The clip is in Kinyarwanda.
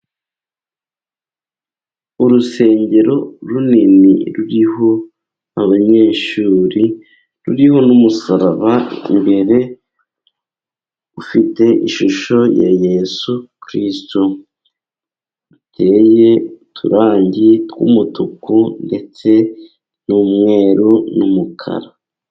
Urusengero runini ruriho abanyeshuri, ruriho n'umusaraba imbere ufite ishusho ya Yesu Kirisito ,ruteye uturangi tw'umutuku, ndetse n'umweru, n'umukara.